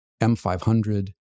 M500